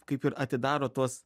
kaip ir atidaro tuos